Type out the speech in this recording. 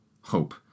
hope